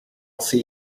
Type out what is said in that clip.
see